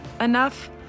enough